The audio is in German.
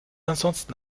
ansonsten